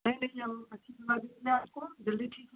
नहीं नहीं हम आपको जल्दी ठीक होना है